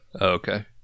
Okay